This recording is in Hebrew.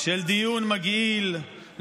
של דיון מגעיל,